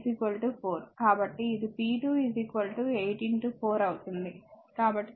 కాబట్టి ఇది p2 8 4 అవుతుంది కాబట్టి 32 వాట్